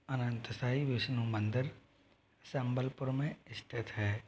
अनंतसाई विष्णु मंदिर सम्बलपुर में स्थित है